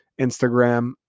instagram